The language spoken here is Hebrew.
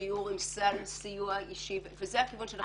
ודיור עם סל סיוע אישי וזה הכיוון שאנחנו צריכים ללכת אליו.